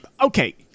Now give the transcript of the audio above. Okay